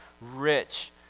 rich